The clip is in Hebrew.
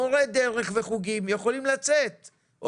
מורי דרך וחוגים יכולים לצאת החוצה לטבע.